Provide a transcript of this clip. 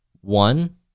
One